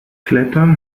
klettern